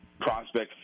prospects